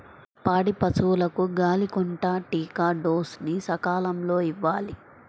పాడి పశువులకు గాలికొంటా టీకా డోస్ ని సకాలంలో ఇవ్వాలి